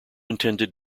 intended